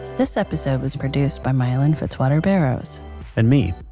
this episode was produced by miellyn fitzwater barrows and me.